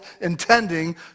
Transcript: intending